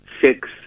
six